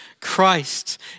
Christ